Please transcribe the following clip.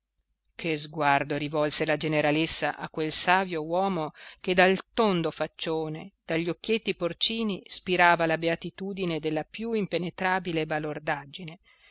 che sguardo rivolse la generalessa a quel savio uomo che dal tondo faccione dagli occhietti porcini spirava la beatitudine della più impenetrabile balordaggine